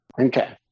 Okay